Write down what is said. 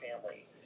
family